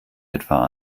etwa